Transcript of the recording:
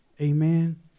Amen